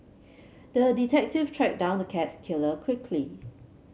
the detective tracked down the cat killer quickly